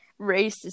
racist